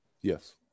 Yes